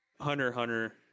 hunter-hunter